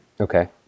okay